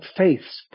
faith's